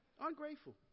Ungrateful